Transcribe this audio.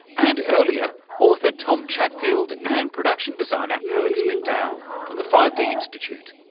and earlier, author tom chatfield, and production designer alex mcdowell from the five d institute.